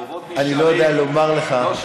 אתה אומר, כשהחובות נשארים, אני לא יודע לומר לך.